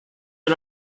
you